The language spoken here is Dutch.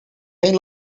geen